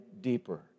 deeper